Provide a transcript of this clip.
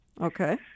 Okay